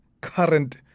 current